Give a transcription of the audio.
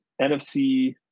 NFC